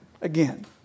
again